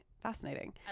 Fascinating